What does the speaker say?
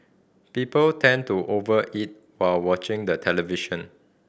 people tend to over eat while watching the television